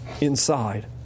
inside